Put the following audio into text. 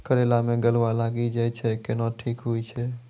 करेला मे गलवा लागी जे छ कैनो ठीक हुई छै?